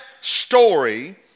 story